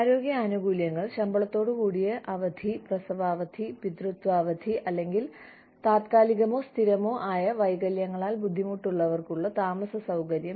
ആരോഗ്യ ആനുകൂല്യങ്ങൾ ശമ്പളത്തോടുകൂടിയ അവധി പ്രസവാവധി പിതൃത്വ അവധി അല്ലെങ്കിൽ താത്കാലികമോ സ്ഥിരമോ ആയ വൈകല്യങ്ങളാൽ ബുദ്ധിമുട്ടുന്നവർക്കുള്ള താമസസൌകര്യം